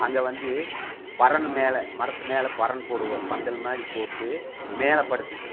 அங்கே வந்து பரண் மேலே மரத்துமேல் பரண் போடுவோம் பந்தல் மாதிரி போட்டு மேலே படுத்துக்குவோம்